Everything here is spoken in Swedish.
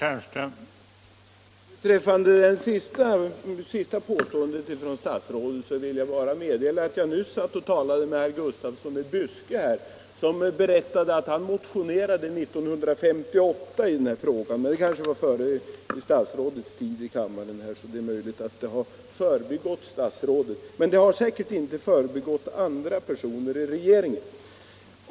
Herr talman! Vad angår statsrådets senaste påstående kan jag tala om att jag alldeles nyss talade med herr Gustafsson i Byske, och han berättade att han motionerade i denna fråga 1958. Det var kanske före statsrådets tid i kammaren, och det är väl därför möjligt att frågan har gått herr Feldt förbi. Men den har säkert inte förbigått andra personer i regeringen.